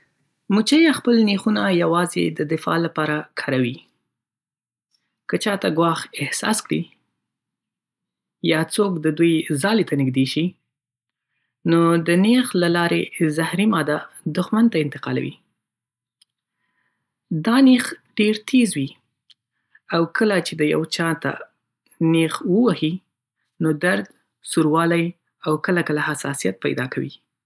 مچۍ خپل نېښونه یوازې د دفاع لپاره کاروي. که چاته ګواښ احساس کړي، یا څوک د دوی ځاله ته نږدې شي، نو د نېښ له لارې زهري ماده دښمن ته انتقالوي. دا نېښ ډېر تېز وي، او کله چې یو چا ته نېښ وهي، نو درد، سوروالی، او کله کله حساسیت پیدا کوي.